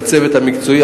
בצוות המקצועי,